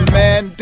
man